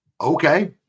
Okay